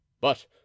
But—